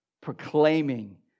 proclaiming